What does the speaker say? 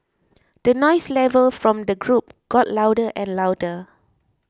the noise level from the group got louder and louder